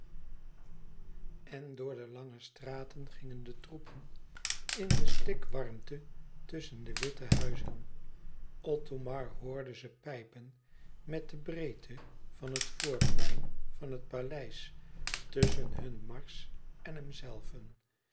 en door de lange straat gingen de troepen in de stikwarmte tusschen de witte huizen othomar hoorde ze pijpen met de breedte van het voorplein van het paleis tusschen hun marsch en hemzelven